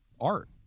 art